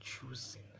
choosing